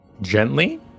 Gently